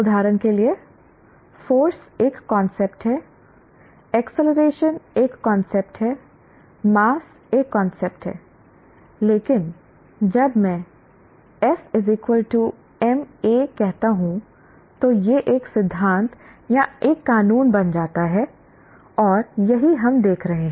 उदाहरण के लिए फोर्स एक कांसेप्ट है एक्सीलरेशन एक कांसेप्ट है मांस एक कांसेप्ट है लेकिन जब मैं F ma कहता हूं तो यह एक सिद्धांत या एक कानून बन जाता है और यही हम देख रहे हैं